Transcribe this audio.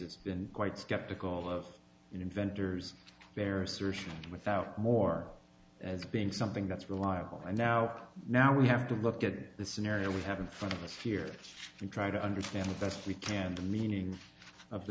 cases been quite skeptical of inventors their assertions without more as being something that's reliable and now now we have to look at the scenario we have in front of a sphere and try to understand the best we can the meaning of the